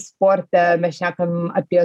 sporte mes šnekam apie